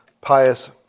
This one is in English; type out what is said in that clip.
pious